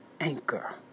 anchor